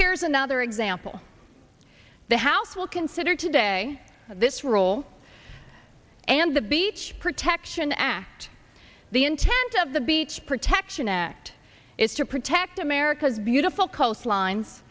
here's another example the house will consider today this role and the beach protection act the intent of the beach protection act is to protect america's beautiful coastline